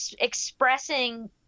expressing